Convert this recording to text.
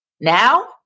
now